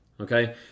okay